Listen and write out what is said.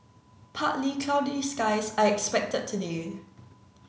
partly cloudy skies are expected today